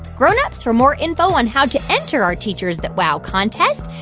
grown-ups, for more info on how to enter our teachers that wow contest,